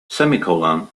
semicolon